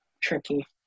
tricky